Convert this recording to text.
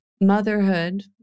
motherhood